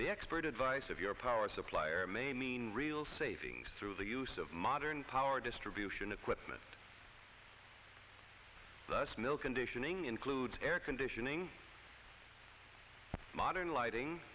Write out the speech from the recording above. the expert advice of your power supplier may mean real savings through the use of modern power distribution equipment the smil conditioning includes air conditioning modern lighting